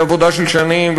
ועבודה של שנים,